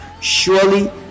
Surely